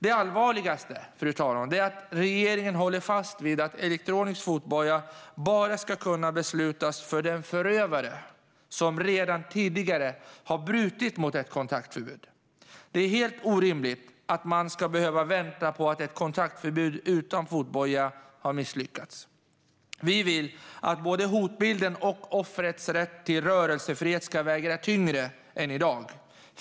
Den allvarligaste, fru talman, är att regeringen håller fast vid att det bara ska kunna beslutas om elektronisk fotboja för den förövare som redan tidigare har brutit mot ett kontaktförbud. Det är helt orimligt att man ska behöva vänta på att ett kontaktförbud utan fotboja har överträtts. Vi vill att både hotbilden och offrets rätt till rörelsefrihet ska väga tyngre än i dag.